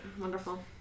Wonderful